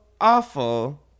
awful